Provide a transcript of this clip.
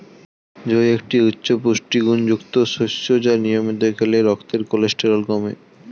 জই একটি উচ্চ পুষ্টিগুণযুক্ত শস্য যা নিয়মিত খেলে রক্তের কোলেস্টেরল কমে